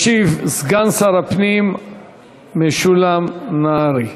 ישיב סגן שר הפנים משולם נהרי.